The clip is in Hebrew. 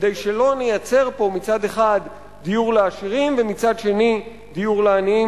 כדי שלא נייצר פה מצד אחד דיור לעשירים ומצד שני דיור לעניים